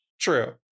True